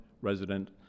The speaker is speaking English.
resident